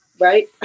right